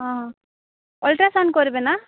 ହଁ ଅଲଟ୍ରାସାଉଣ୍ଡ୍ କରିବେ ନା